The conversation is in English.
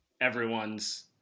everyone's